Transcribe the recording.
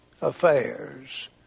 affairs